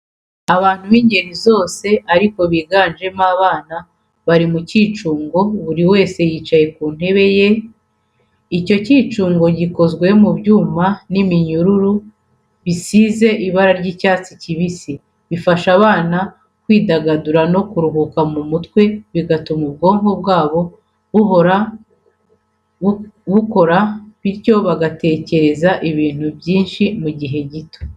Abantu b'ingeri zose ariko biganjemo abana bari mu cyicungo buri wese yicaye mu ntebe ye. Icyo cyicungo gikozwe mu byuma n'iminyururu bisize ibara ry'icyatsi kibisi. Bifasha abana kwidagadura no kuruhuka mu mutwe, bigatuma ubwonko bwabo buhora bukora bityo bagatekereza ibintu byinshi mu gihe gito.